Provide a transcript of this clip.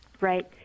Right